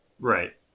Right